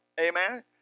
Amen